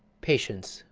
patience,